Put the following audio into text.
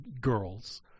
girls